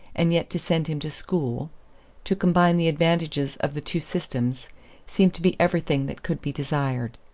and yet to send him to school to combine the advantages of the two systems seemed to be everything that could be desired.